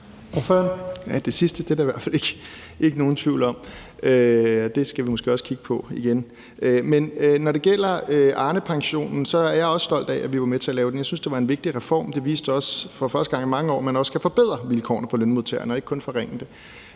det sidste er der i hvert fald ikke nogen tvivl om, og det skal vi måske også kigge på igen. Men når det gælder Arnepensionen, er jeg også stolt af, at vi var med til at lave den. Jeg synes, det var en vigtig reform, og det viste også for første gang i mange år, at man også kan forbedre vilkårene for lønmodtagerne og ikke kun forringe dem.